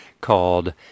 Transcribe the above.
called